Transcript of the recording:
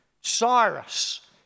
Cyrus